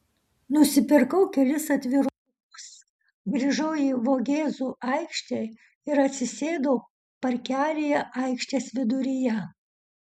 nusipirkau kelis atvirukus grįžau į vogėzų aikštę ir atsisėdau parkelyje aikštės viduryje